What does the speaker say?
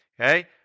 okay